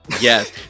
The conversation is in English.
Yes